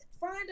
Find